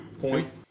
point